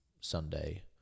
Sunday